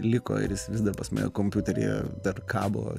liko ir jis vis dar pas mane kompiuteryje dar kabo